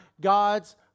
God's